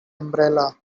umbrella